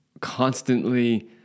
constantly